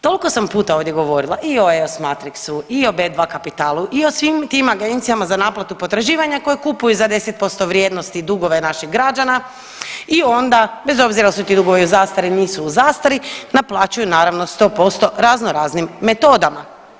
Toliko sam puta ovdje govorila i o EOS Matrixu i o B2 Kapitalu i o svim tim agencijama za naplatu potraživanja koje kupuju za 10% vrijednosti dugove naših građana i onda bez obzira jesu li ti dugovi u zastari, nisu u zastari naplaćuju naravno 100% raznoraznim metodama.